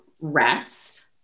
rest